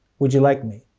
wudja like me.